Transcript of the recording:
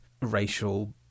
racial